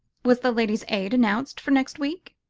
was the ladies' aid announced for next week?